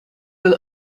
will